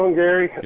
um gary?